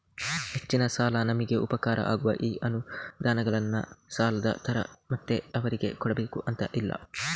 ಹೆಚ್ಚಿನ ಸಲ ನಮಿಗೆ ಉಪಕಾರ ಆಗುವ ಈ ಅನುದಾನಗಳನ್ನ ಸಾಲದ ತರ ಮತ್ತೆ ಅವರಿಗೆ ಕೊಡಬೇಕು ಅಂತ ಇಲ್ಲ